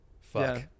Fuck